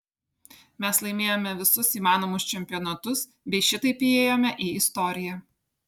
mes laimėjome visus įmanomus čempionatus bei šitaip įėjome į istoriją